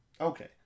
Okay